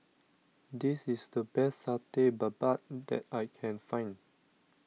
this is the best Satay Babat that I can find